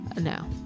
no